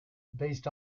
based